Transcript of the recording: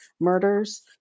murders